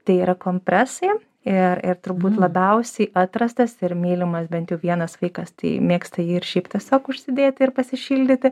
tai yra kompresai ir ir turbūt labiausiai atrastas ir mylimas bent jau vienas vaikas tai mėgsta jį ir šiaip tiesiog užsidėti ir pasišildyti